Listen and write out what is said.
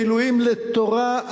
בעילויים לתורה,